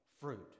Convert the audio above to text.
fruit